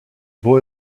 boy